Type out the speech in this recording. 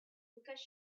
because